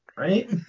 Right